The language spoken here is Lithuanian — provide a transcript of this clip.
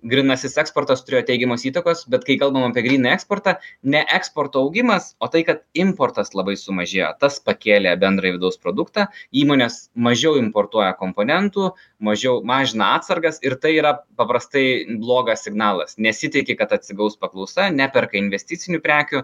grynasis eksportas turėjo teigiamos įtakos bet kai kalbam apie grynąjį eksportą ne eksporto augimas o tai kad importas labai sumažėjo tas pakėlė bendrąjį vidaus produktą įmonės mažiau importuoja komponentų mažiau mažina atsargas ir tai yra paprastai blogas signalas nesitiki kad atsigaus paklausa neperka investicinių prekių